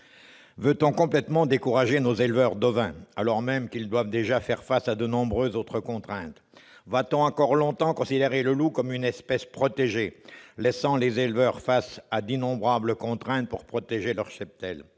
Veut-on complètement décourager nos éleveurs d'ovins, alors même qu'ils doivent déjà faire face à de nombreuses autres contraintes ? Va-t-on encore longtemps considérer le loup comme une espèce protégée, laissant les éleveurs face à d'innombrables contraintes pour protéger leurs cheptels ?